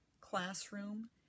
classroom